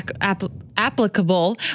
applicable